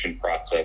process